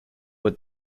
with